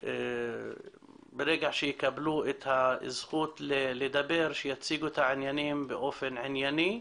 ברגע שיקבלו את הזכות לדבר שיציגו את העניינים באופן ענייני.